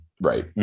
Right